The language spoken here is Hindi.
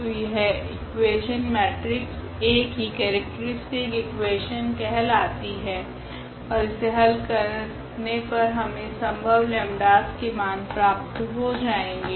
तो यह इकुवेशन मेट्रिक्स A की केरेक्ट्रीस्टिक इकुवेशन कहलाती है ओर इसे हल करने पर हमे संभव लेम्डास 𝜆's के मान प्राप्त हो जाएगे